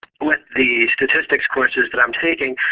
with the statistics courses that i'm taking,